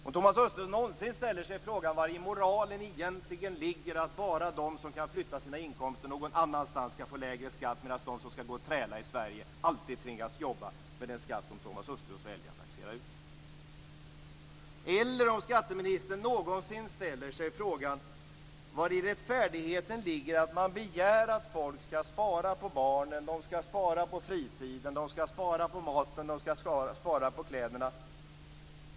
Man undrar om Thomas Östros någonsin ställer sig frågan var moralen egentligen ligger i att bara de som kan flytta sina inkomster någon annanstans kan få lägre skatt medan de som skall gå och träla i Sverige alltid tvingas jobba med den skatt som Thomas Östros väljer att taxera ut. Man undrar om skatteministern någonsin ställer sig frågan var det rättfärdiga ligger i att man begär att folk skall spara på barnen. De skall spara på fritiden. De skall spara på maten. De skall spara på kläderna.